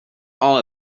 all